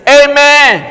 amen